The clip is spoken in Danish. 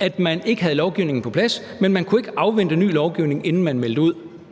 at man ikke havde lovgivningen på plads, men man kunne ikke afvente ny lovgivning, inden man meldte ud.